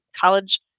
College